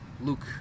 Luke